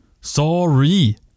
Sorry